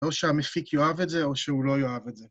‫או שהמפיק יאהב את זה ‫או שהוא לא יאהב את זה.